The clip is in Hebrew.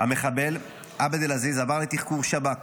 המחבל עבד אל-עזיז עבר לתחקור שב"כ,